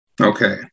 Okay